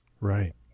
Right